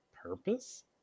Purpose